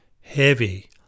heavy